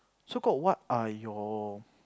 so called what are your